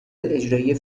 اجرایی